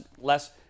less